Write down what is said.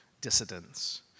dissidents